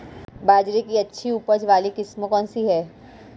बाजरे की अच्छी उपज वाली किस्म कौनसी है?